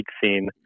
scene